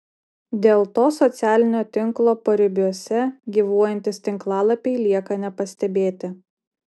dėl to socialinio tinklo paribiuose gyvuojantys tinklalapiai lieka nepastebėti